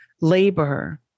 labor